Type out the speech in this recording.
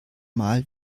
mal